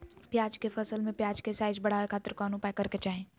प्याज के फसल में प्याज के साइज बढ़ावे खातिर कौन उपाय करे के चाही?